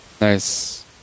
Nice